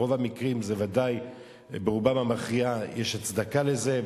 רוב המקרים, ודאי ברובם המכריע, יש הצדקה לזה.